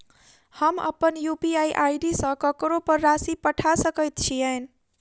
हम अप्पन UPI ID सँ ककरो पर राशि पठा सकैत छीयैन?